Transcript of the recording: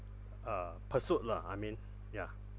uh pursuit lah I mean ya